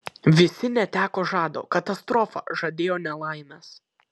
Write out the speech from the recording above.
visi neteko žado katastrofa žadėjo nelaimes